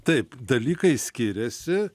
taip dalykai skiriasi